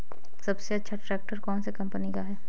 सबसे अच्छा ट्रैक्टर कौन सी कम्पनी का है?